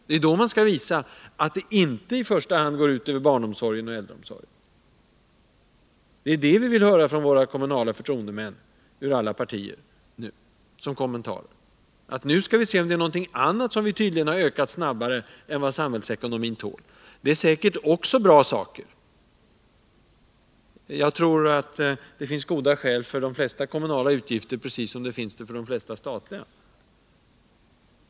Då skall man visa att det inte i första hand går ut över barnomsorgen och äldreomsorgen. Från våra kommunala förtroendemän ur alla partier vill vi höra kommentaren att nu skall man se om det inte finns någonting annat, som man tydligen har ökat snabbare än samhällsekonomin tål. Också det kan säkert vara bra saker. Det finns goda skäl för de flesta kommunala utgifter precis som det finns goda skäl för de flesta statliga.